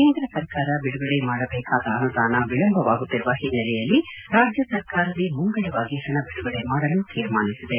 ಕೇಂದ್ರ ಸರ್ಕಾರ ಬಿಡುಗಡೆ ಮಾಡಬೇಕಾದ ಅನುದಾನ ವಿಳಂಬವಾಗುತ್ತಿರುವ ಹಿನ್ನೆಲೆಯಲ್ಲಿ ರಾಜ್ಯ ಸರ್ಕಾರವೇ ಮುಂಗಡವಾಗಿ ಹಣ ಬಿಡುಗಡೆ ಮಾಡಲು ತೀರ್ಮಾನಿಸಿದೆ